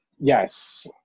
yes